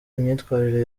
imyitwarire